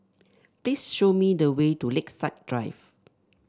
please show me the way to Lakeside Drive